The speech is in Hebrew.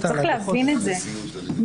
צריך להבין את זה,